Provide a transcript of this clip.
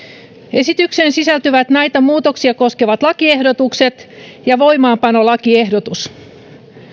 esitykseen sisältyvät näitä muutoksia koskevat lakiehdotukset ja voimaanpanolakiehdotus